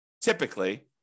typically